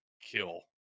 kill